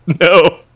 no